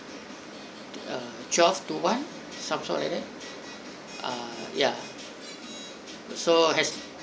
err twelve to one some sort like that ah ya so has